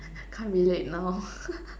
can't relate now